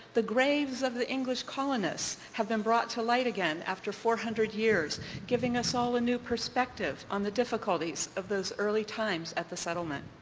the graves of the english colonists have been brought to light again after four hundred years giving us all a new perspective on the difficulties of these early times at the settlement.